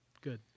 Good